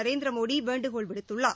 நரேந்திர மோடி வேண்டுகோள் விடுத்துள்ளார்